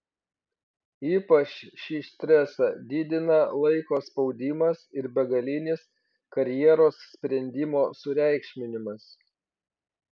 ypač šį stresą didina laiko spaudimas ir begalinis karjeros sprendimo sureikšminimas